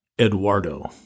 Eduardo